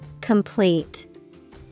Complete